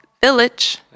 village